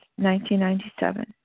1997